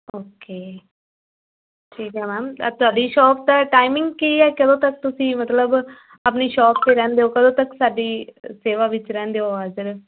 okay ਠੀਕ ਹੈ ma'am ਤੁਹਾਡੀ ਸ਼ੋਪ ਦਾ ਟਾਈਮਿੰਗ ਕੀ ਹੈ ਕਦੋਂ ਤੱਕ ਤੁਸੀਂ ਮਤਲਬ ਆਪਣੀ ਸ਼ੋਪ 'ਤੇ ਰਹਿੰਦੇ ਹੋ ਕਦੋਂ ਤੱਕ ਸਾਡੀ ਸੇਵਾ ਵਿੱਚ ਰਹਿੰਦੇ ਹੋ ਹਾਜ਼ਰ